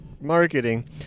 marketing